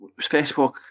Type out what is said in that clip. facebook